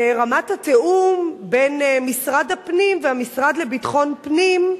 ברמת התיאום בין משרד הפנים והמשרד לביטחון פנים,